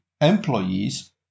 employees